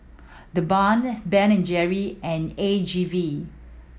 The Balm Ben and Jerry and A G V